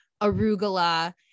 arugula